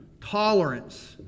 Tolerance